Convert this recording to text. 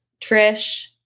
trish